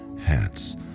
hats